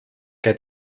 que